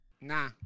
Nah